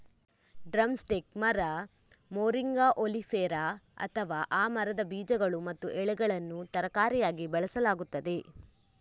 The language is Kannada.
ಡ್ರಮ್ ಸ್ಟಿಕ್ ಮರ, ಮೊರಿಂಗಾ ಒಲಿಫೆರಾ, ಅಥವಾ ಆ ಮರದ ಬೀಜಗಳು ಮತ್ತು ಎಲೆಗಳನ್ನು ತರಕಾರಿಯಾಗಿ ಬಳಸಲಾಗುತ್ತದೆ